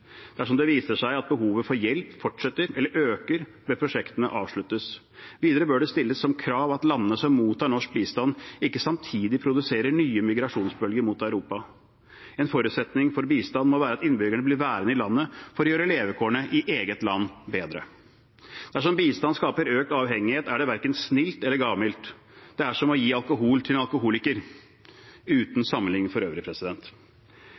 Dersom det viser seg at behovet for hjelp fortsetter eller øker, bør prosjektene avsluttes. Videre bør det stilles som krav at landene som mottar norsk bistand, ikke samtidig produserer nye migrasjonsbølger mot Europa. En forutsetning for bistand må være at innbyggerne blir værende i landet for å gjøre levekårene i eget land bedre. Dersom bistand skaper økt avhengighet, er det verken snilt eller gavmildt. Det er som å gi alkohol til en alkoholiker – uten sammenligning for øvrig.